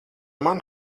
man